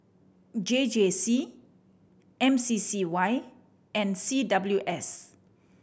J J C M C C Y and C W S